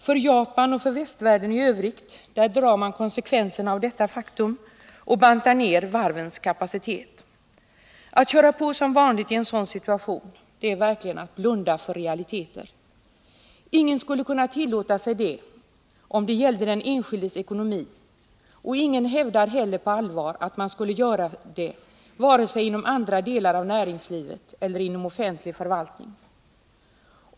I Japan och i västvärlden i övrigt drar man konsekvenserna av detta faktum och bantar ner varvens kapacitet. Att köra på som vanligt i en sådan situation är verkligen 115 att blunda för realiteter. Ingen skulle kunna tillåta sig det, om det gällde den enskildes ekonomi, och ingen hävdar heller på allvar att man skulle göra det vare sig inom andra delar av näringslivet eller inom offentlig förvaltning.